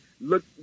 look